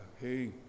Hey